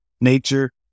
nature